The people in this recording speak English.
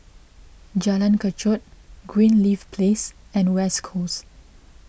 Jalan Kechot Greenleaf Place and West Coast